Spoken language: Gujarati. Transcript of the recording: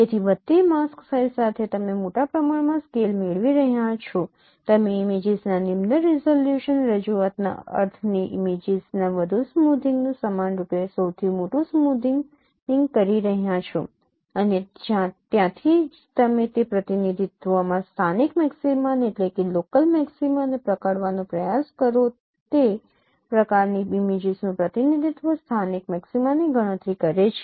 તેથી વધતી માસ્ક સાઇઝ સાથે તમે મોટા પ્રમાણમાં સ્કેલ મેળવી રહ્યા છો તમે ઇમેજીસના નિમ્ન રીઝોલ્યુશન રજૂઆતના અર્થની ઇમેજીસના વધુ સ્મૂથિંગનું સમાનરૂપે સૌથી મોટું સ્મૂથનિંગ કરી રહ્યા છો અને ત્યાંથી તમે તે પ્રતિનિધિત્વમાં સ્થાનિક મેક્સિમાને પકડવાનો પ્રયાસ કરો તે પ્રકારની ઇમેજીસનું પ્રતિનિધિત્વ સ્થાનિક મેક્સિમાની ગણતરી કરે છે